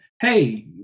hey